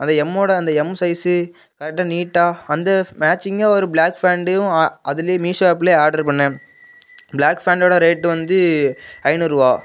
அது எம்மோட அந்த எம் சைஸ்ஸு கரெக்டாக நீட்டாக அந்த மேட்சிங்காக ஒரு ப்ளாக் ஃபேண்டு அதிலே மீஷோ ஆப்லேயே ஆட்ரு பண்ணிணேன் ப்ளாக் ஃபேண்ட்டோட ரேட் வந்து ஐந்நூறுபா